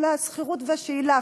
על השכירות והשאילה.